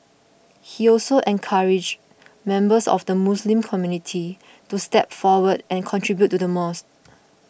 he also encouraged members of the Muslim community to step forward and contribute to the mosque